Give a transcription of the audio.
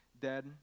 dead